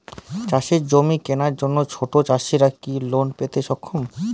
চাষের জমি কেনার জন্য ছোট চাষীরা কি লোন পেতে সক্ষম?